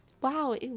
wow